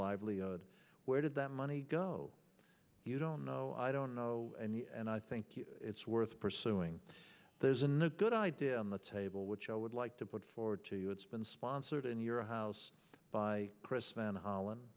livelihood where did that money go you don't know i don't know and i think it's worth pursuing there's another good idea on the table which i would like to put forward to you it's been sponsored in your house by chris mann holland